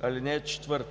(4)